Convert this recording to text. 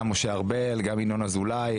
גם משה ארבל, גם ינון אזולאי.